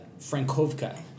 frankovka